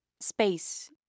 space